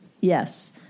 Yes